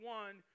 one